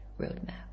roadmap